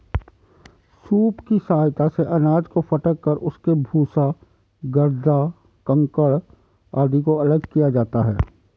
soup की सहायता से अनाज को फटक कर उसके भूसा, गर्दा, कंकड़ आदि को अलग किया जाता है